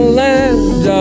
land